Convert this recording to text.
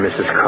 Mrs